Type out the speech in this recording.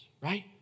right